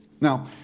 Now